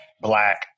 black